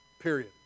period